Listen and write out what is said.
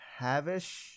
Havish